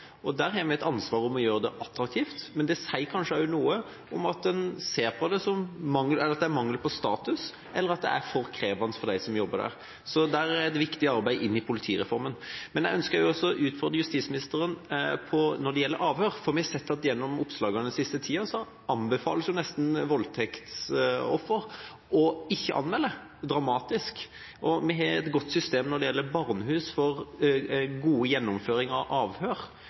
Der har vi et ansvar for å gjøre dette attraktivt. Men det sier kanskje også noe om at det er mangel på status – det er slik en ser på det – eller at det er for krevende for dem som jobber der. Så det er et viktig arbeid inn i politireformen. Men jeg ønsker også å utfordre justisministeren når det gjelder avhør. Vi har sett gjennom oppslag den siste tiden at voldtektsofre nesten blir anbefalt å ikke anmelde. Det er dramatisk. Vi har et godt system for god gjennomføring av avhør